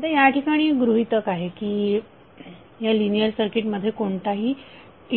आता या ठिकाणी एक गृहीतक आहे की ह्या लिनियर सर्किटमध्ये कोणताही